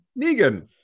Negan